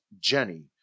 Jenny